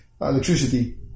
electricity